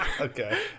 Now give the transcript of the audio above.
okay